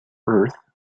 earth